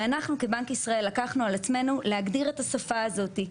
ואנחנו כבנק ישראל לקחנו על עצמנו להגדיר את השפה הזאת.